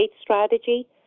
strategy